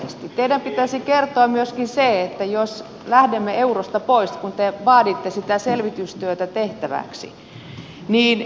teidän pitäisi kertoa myöskin se että jos lähdemme eurosta pois kun te vaaditte sitä selvitystyötä tehtäväksi mitä sitten tapahtuu